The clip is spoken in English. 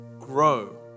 Grow